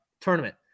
tournament